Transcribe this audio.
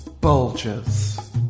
Bulges